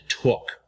took